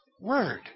Word